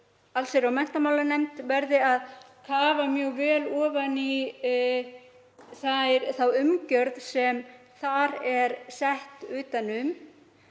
allsherjar- og menntamálanefnd verði að kafa mjög vel ofan í þá umgjörð sem þar er sett utan um